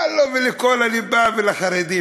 מה לו ולכל הליבה ולחרדים?